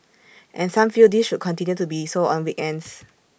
and some feel this should continue to be so on weekends